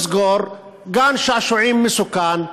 לסגור גן-שעשועים מסוכן,